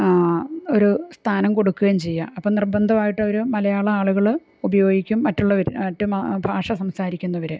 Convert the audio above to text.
ഒരു സ്ഥാനം കൊടുക്കുകയും ചെയ്യുക അപ്പം നിർബന്ധമായിട്ടവര് മലയാളം ആളുകള് ഉപയോഗിക്കും മറ്റുള്ളവര് മറ്റ് ഭാഷ സംസാരിക്കുന്നവര്